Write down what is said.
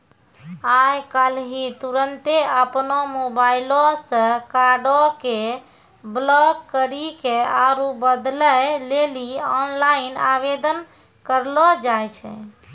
आइ काल्हि तुरन्ते अपनो मोबाइलो से कार्डो के ब्लाक करि के आरु बदलै लेली आनलाइन आवेदन करलो जाय छै